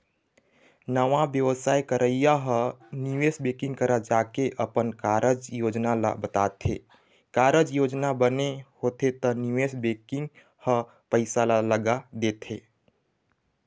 नवा बेवसाय करइया ह निवेश बेंकिग करा जाके अपन कारज योजना ल बताथे, कारज योजना बने होथे त निवेश बेंकिग ह पइसा लगा देथे